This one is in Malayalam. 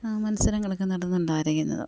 മത്സരങ്ങളൊക്കെ നടത്തുന്നുണ്ടായിരിക്കുന്നത്